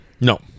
No